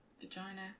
Vagina